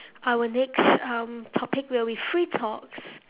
our next um topic will be free talks